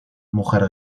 mujer